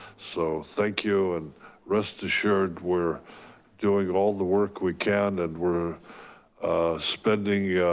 so thank you, and rest assured we're doing all the work we can and we're spending